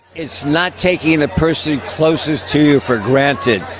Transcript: it's not taking the person closest to you for granted.